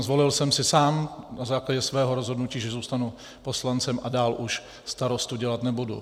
Zvolil jsem si sám na základě svého rozhodnutí, že zůstanu poslancem a dál už starostu dělat nebudu.